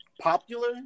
popular